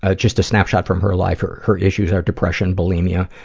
ah just a snapshot from her life. her her issues are depression, bulimia,